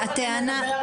סליחה, עכשיו אני מדברת.